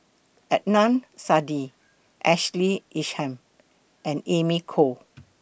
Adnan Saidi Ashley Isham and Amy Khor